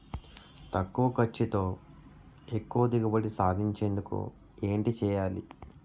తక్కువ ఖర్చుతో ఎక్కువ దిగుబడి సాధించేందుకు ఏంటి చేయాలి?